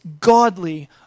godly